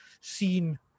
seen